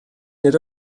nid